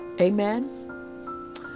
Amen